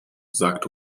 sagt